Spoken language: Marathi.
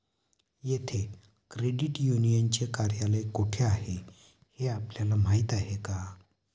येथे क्रेडिट युनियनचे कार्यालय कोठे आहे हे आपल्याला माहित आहे का?